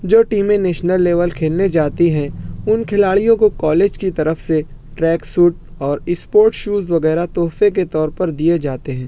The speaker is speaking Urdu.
جو ٹیمیں نیشنل لیول کھیلنے جاتی ہیں ان کھلاڑیوں کو کالج کی طرف سے ٹریک سوٹ اور اسپورٹ شوز وغیرہ تحفہ کے طور پر دیے جاتے ہیں